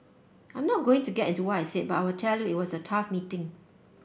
I'm not going to get into what I said but I will tell you it was a tough meeting